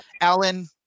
Alan